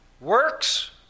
Works